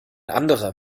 anderer